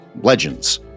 legends